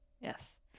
Yes